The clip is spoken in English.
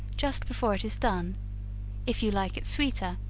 just before it is done if you like it sweeter,